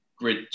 grid